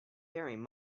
faring